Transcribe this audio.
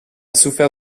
souffert